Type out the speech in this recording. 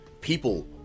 people